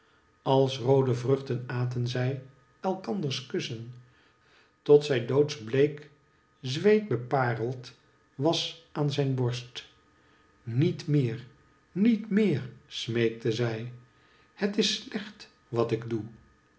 als roode vruchten aten zij elkanders kussen tot zij doodsbleek zweetbepareld was aan zijn borst niet meer niet meer smeekte zij het is slecht wat ik doe